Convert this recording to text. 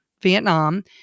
Vietnam